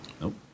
Nope